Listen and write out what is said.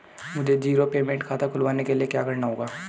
मुझे zero payment खाता खुलवाने के लिए क्या करना होगा?